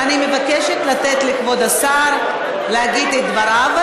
אני מבקשת לתת לכבוד השר להגיד את דבריו,